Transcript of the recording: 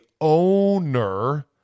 owner